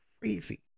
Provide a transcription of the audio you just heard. crazy